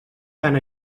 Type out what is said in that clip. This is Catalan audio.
tant